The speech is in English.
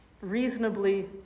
reasonably